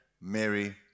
Mary